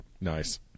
Nice